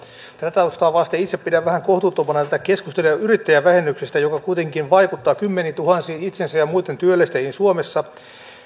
tätä taustaa vasten itse pidän vähän kohtuuttomana tätä keskustelua yrittäjävähennyksestä joka kuitenkin vaikuttaa kymmeniintuhansiin itsensä ja ja muitten työllistäjiin suomessa